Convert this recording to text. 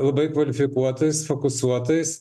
labai kvalifikuotais fokusuotais